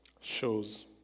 shows